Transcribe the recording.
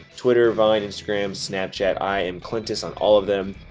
twitter, vine, instagram, snapchat, i am clintus on all of them,